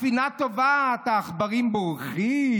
הספינה טובעת, העכברים בורחים.